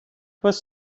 was